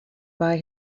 buy